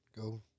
go